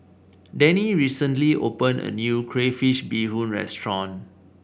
Denny recently opened a new Crayfish Beehoon Restaurant